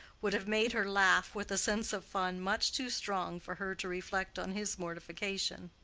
would have made her laugh with a sense of fun much too strong for her to reflect on his mortification.